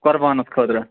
قۄربانَس خٲطرٕ